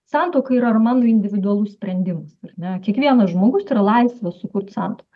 santuoka yra ar mano individualus sprendimas ar ne kiekvienas žmogus yra laisvas sukurt santuoką